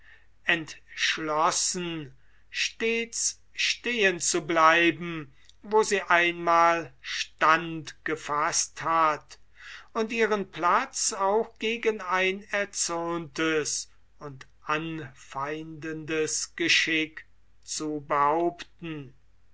entschlossen stets stehen zu bleiben wo sie einmal stand gefaßt hat und ihren platz auch gegen ein erzürntes und anfeindendes geschick zu behaupten